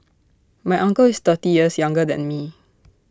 my uncle is thirty years younger than me